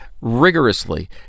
rigorously